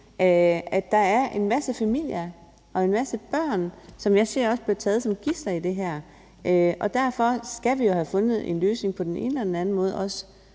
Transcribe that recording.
at der er en masse familier og en masse børn, der, som jeg ser det, bliver taget som gidsler i det her. Derfor skal vi jo have fundet en løsning på den ene eller den anden måde, også